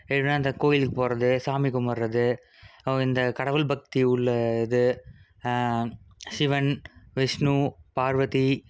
எப்படின்னா இந்த கோயிலுக்கு போகிறது சாமி கும்பிட்றது அப்புறம் இந்த கடவுள் பக்தி உள்ள இது சிவன் விஷ்ணு பார்வதி